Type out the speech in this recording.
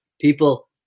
people